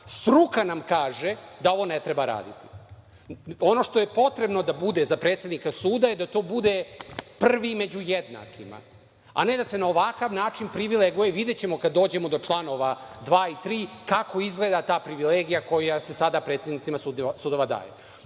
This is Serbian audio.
Struka nam kaže da ovo ne treba raditi. Ono što je potrebno da bude za predsednika suda je to da bude prvi među jednakima, a ne da se na ovakav način privileguje, i videćemo kada dođemo do članova 2. i 3, kako izgleda ta privilegija koja se sada predsednicima suda daje. Dajte